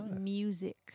Music